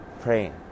praying